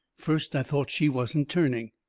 first i thought she wasn't turning.